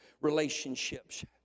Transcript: relationships